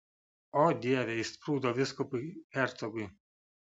o dieve išsprūdo vyskupui hercogui